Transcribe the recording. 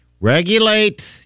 Regulate